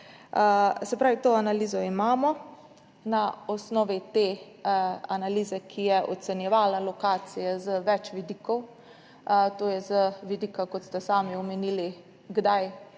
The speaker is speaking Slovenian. Se pravi, to analizo imamo, na osnovi te analize, ki je ocenjevala lokacije z več vidikov, to je z vidika, kot ste sami omenili, kdaj,